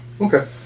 Okay